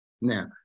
Now